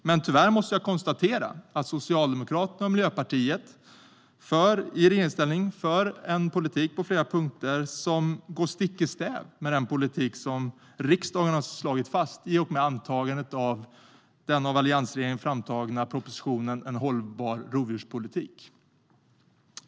Men tyvärr måste jag konstatera att Socialdemokraterna och Miljöpartiet i regeringsställning på flera punkter för en politik som går stick i stäv med den politik som riksdagen har slagit fast i och med antagandet av den av alliansregeringen framtagna propositionen En hållbar rovdjurspolitik .